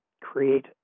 create